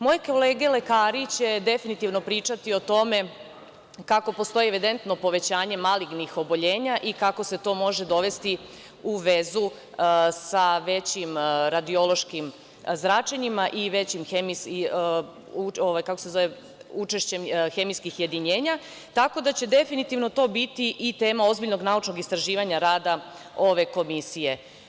Moje kolege lekari će definitivno pričati o tome kako postoji evidentno povećanje malignih oboljenja i kako se to može dovesti u vezu sa većim radiološkim zračenjima i većim učešćem hemijskih jedinjenja, tako da će definitivno to biti i tema ozbiljnog naučnog istraživanja rada ove komisije.